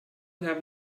have